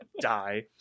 die